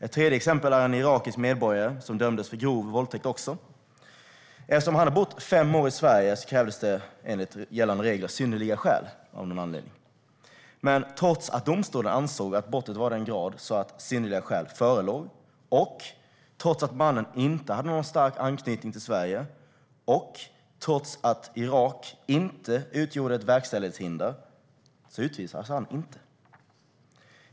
Ett tredje exempel är en irakisk medborgare som också dömdes för grov våldtäkt. Eftersom han har bott fem år i Sverige krävdes det av någon anledning enligt gällande regler synnerliga skäl. Men trots att domstolen ansåg att brottet var av den grad att synnerliga skäl förelåg, trots att mannen inte hade någon stark anknytning till Sverige och trots att Irak inte utgjorde ett verkställighetshinder utvisades han inte.